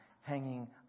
Hanging